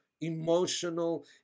emotional